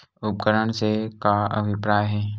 उपकरण से का अभिप्राय हे?